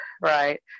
right